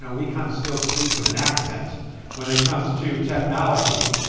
so we kind of still speak with an accent when it comes to technology.